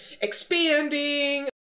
expanding